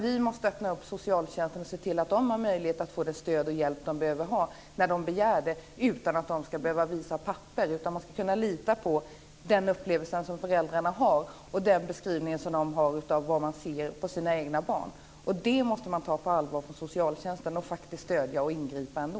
Vi måste öppna upp socialtjänsten och se till att man har möjlighet att få det stöd och den hjälp som man behöver när man begär det utan att man ska behöva visa papper. Man ska kunna lita på den upplevelsen som föräldrarna har, den beskrivning som de ger och det som de ser på sina egna barn. Det måste man ta på allvar på socialtjänsten, och man måste faktiskt stödja och ingripa ändå.